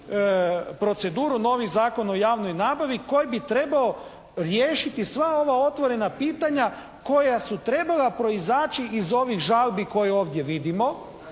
proceduru novi Zakon o javnoj nabavi koji bi trebao riješiti sva ova otvorena pitanja koja su trebala proizaći iz ovih žalbi koje ovdje vidimo,